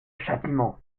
châtiment